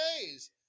days